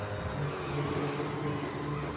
टमाटर की खेती कैसे की जा सकती है?